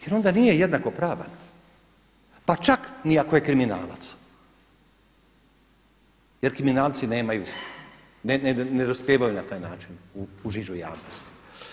Jer onda nije jednako pravan, pa čak ni ako je kriminalac jer kriminalci nemaju, ne dospijevaju na taj način u žižu javnosti.